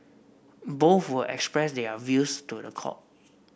both will express their views to the court